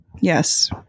Yes